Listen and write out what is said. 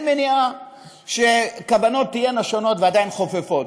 אין מניעה שכוונות תהיינה שונות ועדיין חופפות.